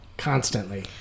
constantly